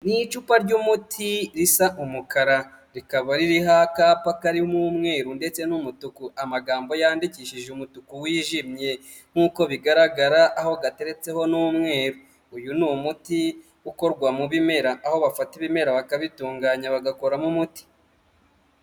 Ni icupa ry'umuti risa umukara, rikaba ririho akapa karimo umweru ndetse n'umutuku, amagambo yandikishije umutuku wijimye nk'uko bigaragara aho gateretse ho ni umweru, uyu ni umuti ukorwa mu bimera aho bafata ibimera bakabitunganya bagakoramo umuti.